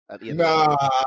Nah